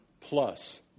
plus